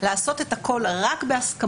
לעשות את הכול רק בהסכמות,